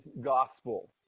gospel